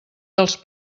dels